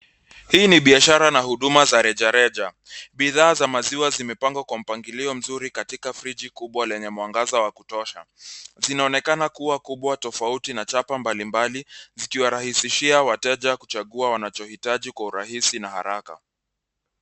Hii ni biashara na huduma za rejareja. Bidhaa za maziwa zimepangwa kwa mpangilio mzuri katika friji kubwa lenye mwangaza wa kutosha. Zinaonekana kuwa kubwa, tofauti na chapa mbalimbali zikiwarahisishia wateja kuchagua wanachoitaji kwa urahisi na haraka.